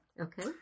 Okay